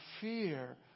fear